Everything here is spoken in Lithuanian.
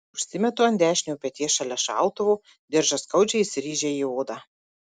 užsimetu ant dešinio peties šalia šautuvo diržas skaudžiai įsirėžia į odą